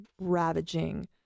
ravaging